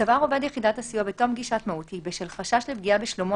סבר עובד יחידת הסיוע בתום פגישת מהו"ת כי בשל חשש לפגיעה בשלומו